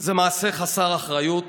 זה מעשה חסר אחריות,